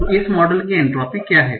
तो इस मॉडल की एंट्रोपी क्या है